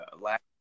last